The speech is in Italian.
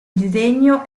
disegno